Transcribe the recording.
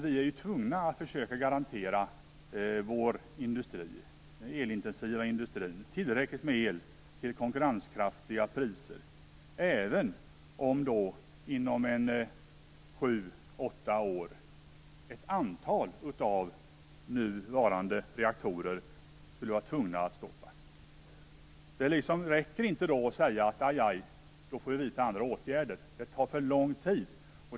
Vi är tvungna att försöka garantera den elintensiva industrin tillräckligt med el till konkurrenskraftiga priser även om vi inom sju åtta år skulle bli tvungna att stoppa ett antal nu i drift varande reaktorer. Det räcker inte att säga att vi måste vidta andra åtgärder. Det tar för lång tid.